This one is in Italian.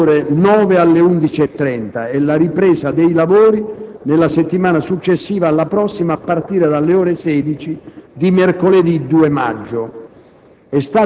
(dalle ore 9 alle ore 11,30) e la ripresa dei lavori, nella settimana successiva alla prossima, a partire dalle ore 16 di mercoledì 2 maggio.